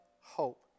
hope